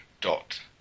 dot